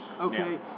Okay